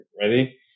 ready